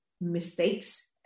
mistakes